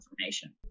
information